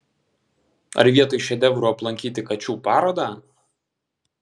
ar vietoj šedevrų aplankyti kačių parodą